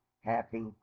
happy